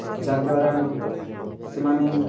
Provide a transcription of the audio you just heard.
ଯାହା ଦ୍ୱାରା ସେମାନେ